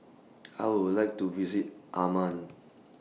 I Would like to visit Amman